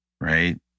right